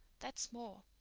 that's more.